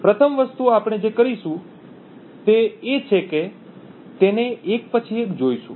પ્રથમ વસ્તુ આપણે જે કરીશું તે એ છે કે તેને એક પછી એક જોઈશું